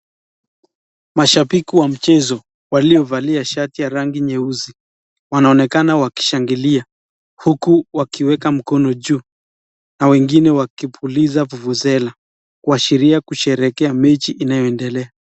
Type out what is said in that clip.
Mashabiki wa mchezo walio valia shati ya rangi nyeusi. Wanaonekana wakishangilia huku wakiweka mkono juu. Na wengine wakipuliza vuvuzela kuashiria kusherekea mechi inayoendelea.